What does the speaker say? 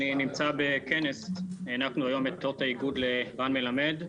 אני נמצא בכנס והענקנו היום את אות האיגוד לרן מלמד.